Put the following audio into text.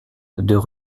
deux